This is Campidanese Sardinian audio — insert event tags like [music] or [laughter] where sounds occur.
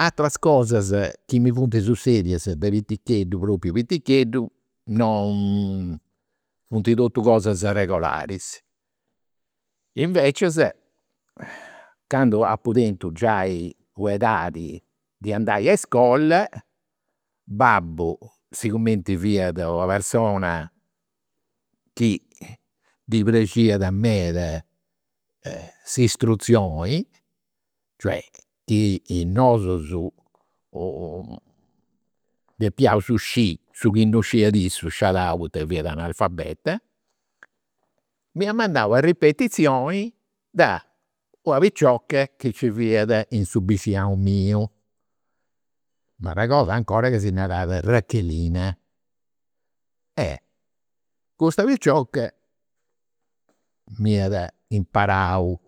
Ateras cosas [unintelligible] sussedias de piticheddu, propriu piticheddu, non [hesitation] funt totus cosas regolaris. Invecias candu apu tentu giai u' edadi de andai a iscola, babbu, sigumenti fiat una persona chi ddi praxiat meda s'istruzioni, cioè chi [hesitation] nosus depiaus sciri su chi non scidiat issu, sciadau, poita fiat analfabeta, m'iat mandau a ripetizioni da una picioca chi nci fiat in su [unintelligible] miu. M'arregodu 'ncora chi si narat Rachelina. Custa picioca m'iat imparau